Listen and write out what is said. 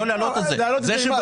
לא להעלות את זה.